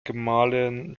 gemahlin